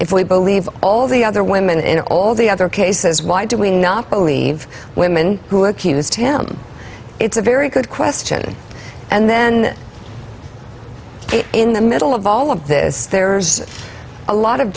if we believe all the other women in all the other cases why do we not believe women who accused him it's a very good question and then in the middle of all of this there's a lot of